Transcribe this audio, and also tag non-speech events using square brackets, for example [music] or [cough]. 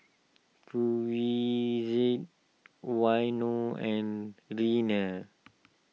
[unintelligible] Waino and [unintelligible]